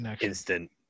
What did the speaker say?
instant